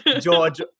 George